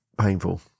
painful